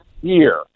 year